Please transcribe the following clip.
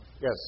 Yes